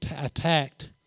attacked